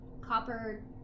copper